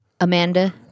Amanda